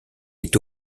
est